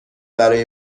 برای